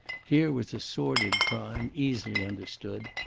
here was a sordid crime, easily understood.